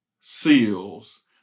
seals